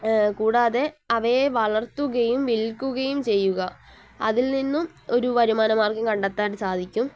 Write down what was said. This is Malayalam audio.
കൂടാതെ അവയെ വളർത്തുകയും വിൽക്കുകയും ചെയ്യുക അതിൽ നിന്നും ഒരു വരുമാന മാർഗം കണ്ടെത്താൻ സാധിക്കും